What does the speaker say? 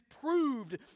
proved